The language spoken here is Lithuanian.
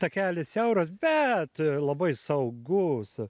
takelis siauras bet labai saugus